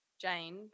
Jane